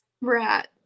Right